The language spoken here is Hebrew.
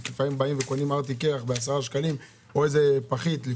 כי לפעמים קונים קרטיב קרח ב-10 שקלים או פחית שתייה,